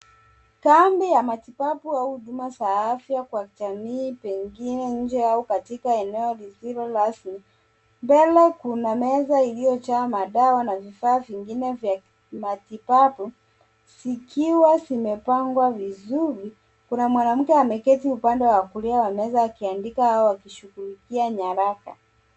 Kuna kambi ya matibabu au huduma za afya kwa jamii, iliyoko pengine nje au katika eneo la wazi, chini ya hema. Ndani yake kuna meza yenye dawa na vifaa vingine vya matibabu vilivyopangwa kwa mpangilio mzuri. Kando ya meza, upande wa kulia, ameketi mhudumu wa afya akiandika taarifa kwenye nyaraka